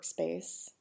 workspace